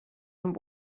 amb